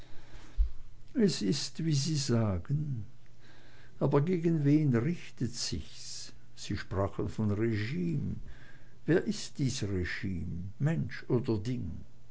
es ist wie sie sagen aber gegen wen richtet sich's sie sprachen von regime wer ist dies regime mensch oder ding